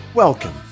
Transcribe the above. Welcome